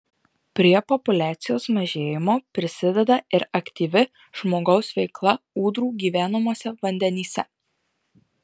prie populiacijos mažėjimo prisideda ir aktyvi žmogaus veikla ūdrų gyvenamuose vandenyse